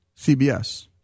CBS